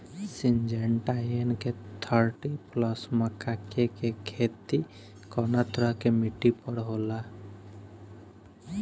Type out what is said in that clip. Syngenta NK thirty plus मक्का के के खेती कवना तरह के मिट्टी पर होला?